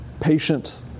Patient